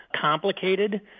complicated